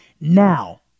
now